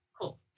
cool